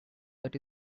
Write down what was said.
that